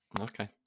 Okay